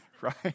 right